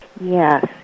Yes